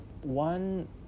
One